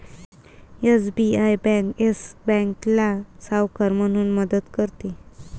SBI bank Yes बँकेला सावकार म्हणून मदत करते